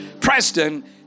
Preston